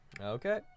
Okay